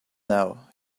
now